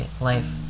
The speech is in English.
life